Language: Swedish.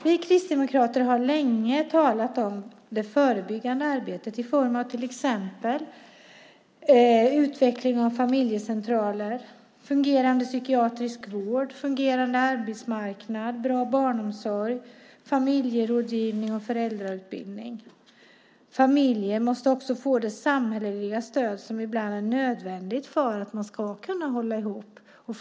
Vi kristdemokrater har länge talat om det förebyggande arbetet i form av till exempel utveckling av familjecentraler, fungerande psykiatrisk vård, fungerande arbetsmarknad, bra barnomsorg, familjerådgivning och föräldrautbildning. Familjen måste också få det samhälleliga stöd som ibland är nödvändigt för att man ska kunna hålla ihop.